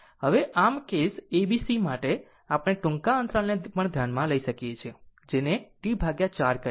હવે આમ case a b c માટે આપણે ટૂંકા અંતરાલને પણ ધ્યાનમાં લઈ શકીએ છીએ જેને T 4 કહે છે